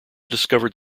discovered